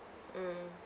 mm